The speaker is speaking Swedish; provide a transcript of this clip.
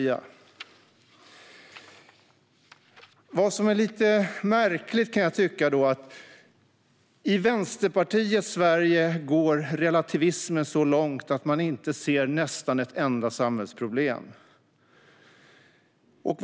Jag kan tycka att det är lite märkligt att relativismen i Vänsterpartiets Sverige går så långt att man knappt ser ett enda samhällsproblem. Vi vill stärka rättssäkerheten.